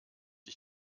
ich